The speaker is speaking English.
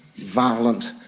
violent,